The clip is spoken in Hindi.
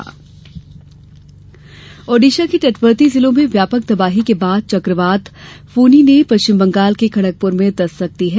फोनी ओडिशा के तटवर्ती जिलों में व्यापक तबाही के बाद चक्रवात फोनी ने पश्चिम बंगाल के खड़गप्र में दस्तक दी है